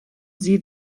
sie